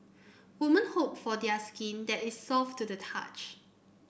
woman hope for their skin that is soft to the touch